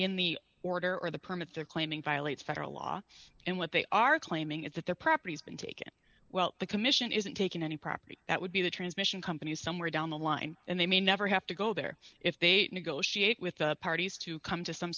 in the order or the permit they're claiming violates federal law and what they are claiming is that their property has been taken well the commission isn't taking any property that would be the transmission company somewhere down the line and they may never have to go there if they negotiate with the parties to come to some